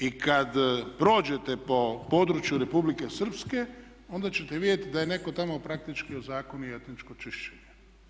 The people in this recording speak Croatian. I kada prođete po području Republike Srpske onda ćete vidjeti da je netko tamo praktički ozakonio etničko čišćenje.